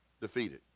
defeated